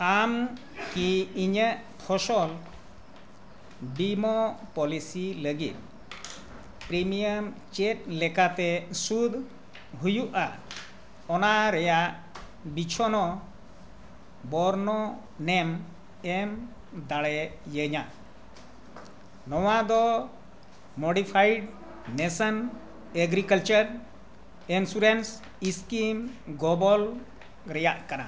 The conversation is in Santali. ᱟᱢ ᱠᱤ ᱤᱧᱟᱹᱜ ᱯᱷᱚᱥᱚᱞ ᱵᱤᱢᱟ ᱯᱚᱞᱤᱥᱤ ᱞᱟᱹᱜᱤᱫ ᱯᱨᱤᱢᱤᱭᱟᱢ ᱪᱮᱫ ᱞᱮᱠᱟᱛᱮ ᱥᱩᱫᱽ ᱦᱩᱭᱩᱜᱼᱟ ᱚᱱᱟ ᱨᱮᱭᱟᱜ ᱵᱤᱪᱷᱚᱱᱚ ᱵᱚᱨᱱᱚᱱᱮᱢ ᱮᱢ ᱫᱟᱲᱮᱭᱟᱹᱧᱟ ᱱᱚᱣᱟ ᱫᱚ ᱢᱳᱰᱤᱯᱷᱟᱭᱤᱰ ᱱᱚᱣᱟ ᱫᱚ modified national agricultural insurance scheme ᱜᱚᱵᱚᱞ ᱨᱮᱭᱟᱜ ᱠᱟᱱᱟ